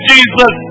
Jesus